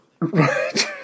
Right